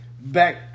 Back